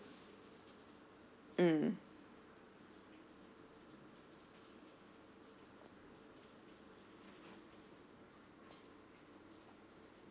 mm